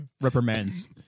Reprimands